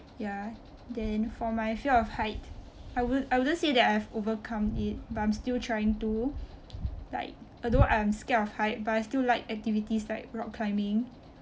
ya then for my fear of height I w~ I wouldn't say that I have overcome it but I'm still trying to like although I am scared of height but I still like activities like rock climbing